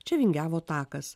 čia vingiavo takas